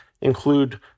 include